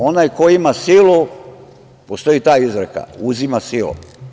Onaj koji ima silu, postoji ta izreka - uzima silom.